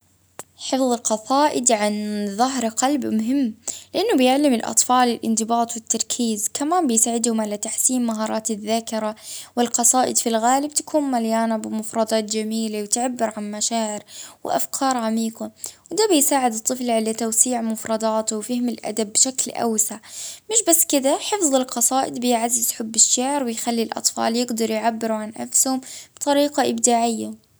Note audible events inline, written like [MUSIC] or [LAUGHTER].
اه ما نشوفش فيها حاجة أساسية [HESITATION] المهم أنهم يفهموا المعاني [HESITATION] أما إذا حبوها [HESITATION] ما فيها باس.